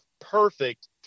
perfect